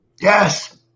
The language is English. Yes